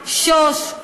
שוש,